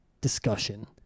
discussion